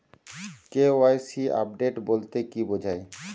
KYC update বলতে কি বোঝায়?